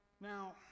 Now